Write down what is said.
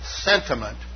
sentiment